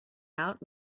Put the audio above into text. out